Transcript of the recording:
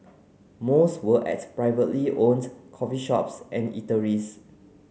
most were at privately owned coffee shops and eateries